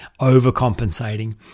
overcompensating